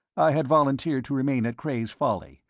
i had volunteered to remain at cray's folly,